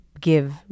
give